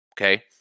okay